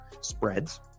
spreads